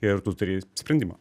ir tu turi sprendimą